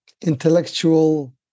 intellectual